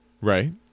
Right